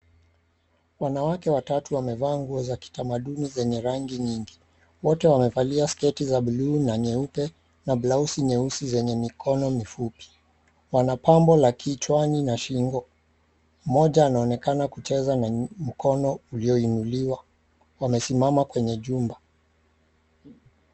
Wanawake watatu wamevaa nguo za kitamaduni zenye rangi nyingi. Wote wamevalia sketi za bluu na nyeupe na blausi nyeusi zenye mikono mifupi, wanapambo la kichwani na shingo. Mmoja anaonekana kucheza na mkono ulioinuliwa. Wamesimama kwenye jumba.